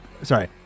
Sorry